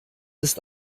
ist